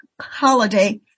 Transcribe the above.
holiday